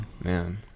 Man